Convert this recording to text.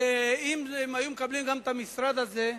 שאם הם היו מקבלים גם את המשרד הזה,